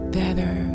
better